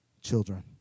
Children